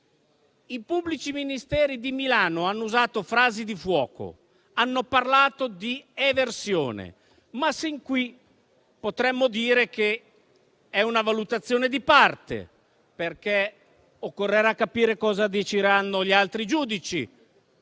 i pubblici ministeri di Milano hanno usato frasi di fuoco e hanno parlato di eversione. Sin qui potremmo dire che sia una valutazione di parte, perché occorrerà capire cosa decideranno gli altri giudici,